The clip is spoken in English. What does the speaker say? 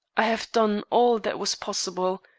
i have done all that was possible,